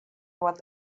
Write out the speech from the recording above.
was